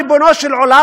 ריבונו של עולם,